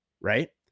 right